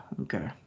okay